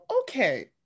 okay